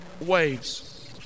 waves